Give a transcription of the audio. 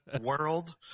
world